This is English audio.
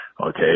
okay